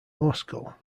moscow